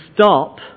stop